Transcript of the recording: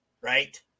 right